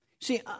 See